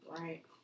Right